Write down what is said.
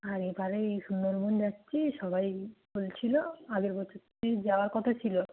আর এবারে এই সুন্দরবন যাচ্ছি সবাই বলছিল আগের বছর যাওয়ার কথা ছিল